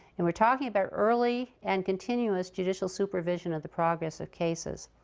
and we're talking about early and continuous judicial supervision of the progress of cases.